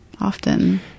Often